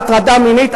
על הטרדה מינית,